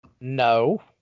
No